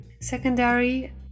Secondary